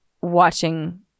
watching